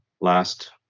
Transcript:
last